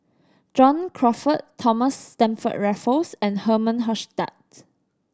John Crawfurd Thomas Stamford Raffles and Herman Hochstadt